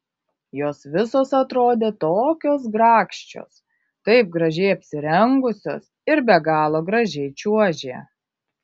jos visos atrodė tokios grakščios taip gražiai apsirengusios ir be galo gražiai čiuožė